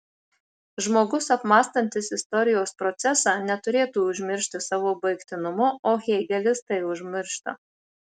žmogus apmąstantis istorijos procesą neturėtų užmiršti savo baigtinumo o hėgelis tai užmiršta